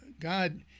God